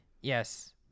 Yes